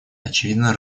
очевидно